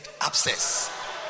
abscess